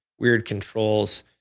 weird controls,